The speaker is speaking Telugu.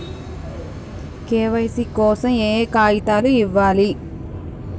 కే.వై.సీ కోసం ఏయే కాగితాలు ఇవ్వాలి?